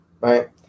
right